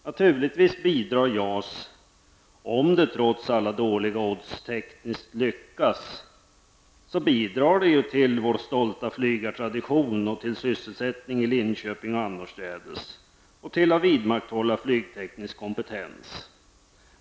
Naturligtvis bidrar JAS-projektet -- om det trots alla dåliga odds tekniskt lyckas -- till att upprätthålla vår stolta flygartradition och till sysselsättning i Linköping och annorstädes samt till att vidmakthålla flygteknisk kompetens.